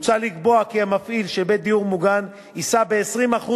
מוצע לקבוע כי המפעיל של בית דיור מוגן יישא ב-20%